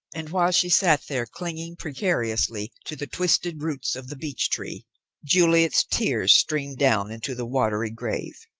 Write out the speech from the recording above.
and while she sat there, clinging precariously to the twisted roots of the beech tree, juliet's tears streamed down into the watery grave.